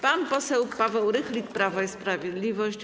Pan poseł Paweł Rychlik, Prawo i Sprawiedliwość.